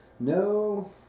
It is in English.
No